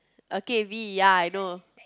okay we ya I know